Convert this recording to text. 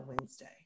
Wednesday